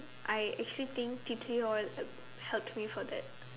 I actually think tea tree oil have helped me for that